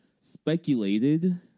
speculated